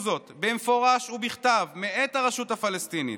זאת במפורש ובכתב מאת הרשות הפלסטינית,